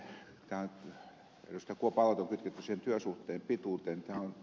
kuopan aloite on kytketty siihen työsuhteen pituuteen